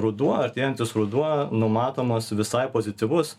ruduo artėjantis ruduo numatomas visai pozityvus